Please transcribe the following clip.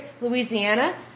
Louisiana